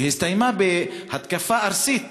והסתיימה בהתקפה ארסית